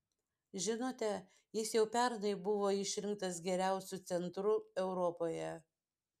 žinote jis jau pernai buvo išrinktas geriausiu centru europoje